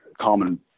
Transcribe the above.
common